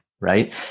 right